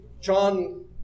John